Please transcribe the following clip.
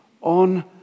on